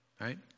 right